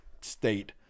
state